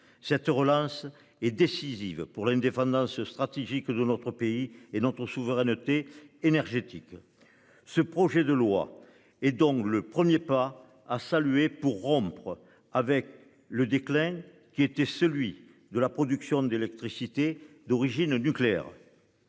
Cette relance est décisive pour la une. Défendant ce stratégique de notre pays et dans ton souveraineté énergétique. Ce projet de loi et donc le 1er pas à saluer pour rompre avec le déclin qui était celui de la production d'électricité d'origine nucléaire.